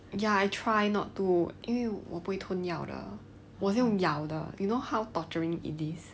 ya I try not to 因为我不会吞药的我用咬的 you know how torturing it is